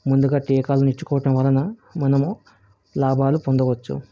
ముందుగా టీకాలు ఇవ్వటం వలన మనము లాభాలు పొందవచ్చు